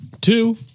Two